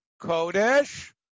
Kodesh